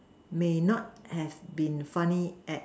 may not have been funny at